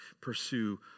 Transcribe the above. pursue